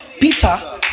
peter